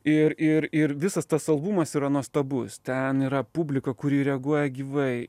ir ir ir visas tas albumas yra nuostabus ten yra publika kuri reaguoja gyvai